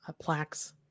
plaques